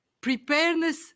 Preparedness